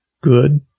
Good